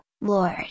Lord